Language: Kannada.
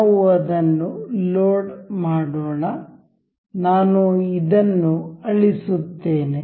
ನಾವು ಅದನ್ನು ಲೋಡ್ ಮಾಡೋಣ ನಾನು ಇದನ್ನು ಅಳಿಸುತ್ತೇನೆ